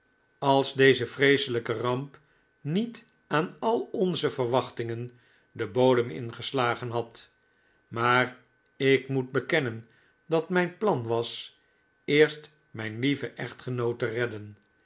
als deze vreeselijke ramp niet aan al onze verwachtingen den bodem ingeslagen had maar ik moet bekennen dat mijn plan was eerst mijn lieven echtgenoot te redden